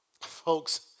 Folks